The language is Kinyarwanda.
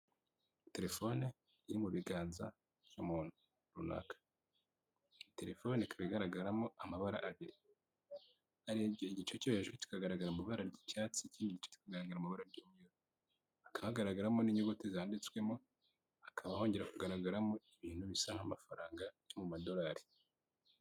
Telefone iri mu biganza umuntu runaka. Telefoni ikaba igaragaramo amabara abiri, urebye igice cyo hejuru kikagaragara mu ibara ry'icyatsi ikindi kikagaragara mi ibara ry'umweru. Hakaba hagaragramo n'inyuguti zanditswemo, hakaba hongera kugaragaramo ibintu bisaba n'amafaranga yo mu madolari.